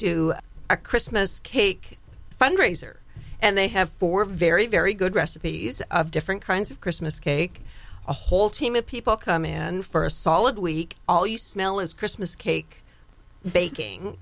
a christmas cake fundraiser and they have four very very good recipes of different kinds of christmas cake a whole team of people come in and for a solid week all you smell is christmas cake baking